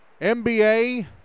NBA